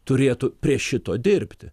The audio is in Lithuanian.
turėtų prie šito dirbti